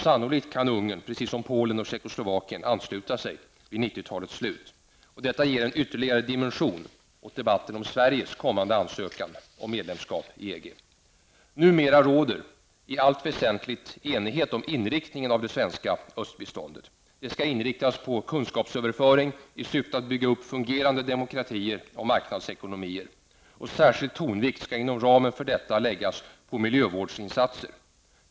Sannolikt kan Ungern, precis som Polen och Tjeckoslovakien, ansluta sig vid 90-talets slut. Detta ger en ytterligare dimension åt debatten om Sveriges kommande ansökan om medlemskap i EG. Numera råder i allt väsentligt enighet om inriktningen av det svenska östbiståndet. Det skall inriktas på kunskapsöverföring i syfte att bygga upp fungerande demokratier och marknadsekonomier. Särskild tonvikt skall inom ramen för detta läggas på miljövårdsinsatser.